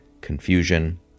confusion